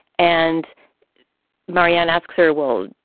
and marianne asks her, well,